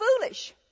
foolish